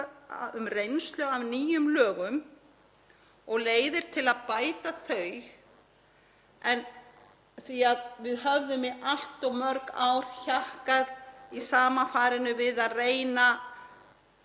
um reynslu af nýjum lögum og leiðir til að bæta þau því að við höfðum í allt of mörg ár hjakkað í sama farinu við að reyna